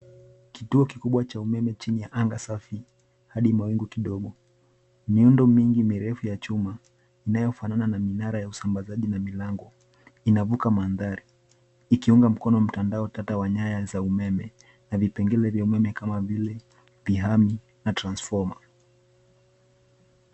Kituo kikubwa cha umeme chini ya anga safi, hadi mawingu kidogo. Miundo mingi mirefu ya chuma inayofanana na minara ya usambasaji na milango inavuka mandhari, ikiunga mkono mtandao tata wa nyaya za umeme, na vipengele vya umeme kama vile pihami na transformer .